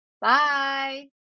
bye